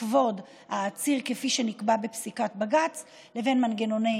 וכבוד העציר כפי שנקבע בפסיקת בג"ץ לבין מנגנוני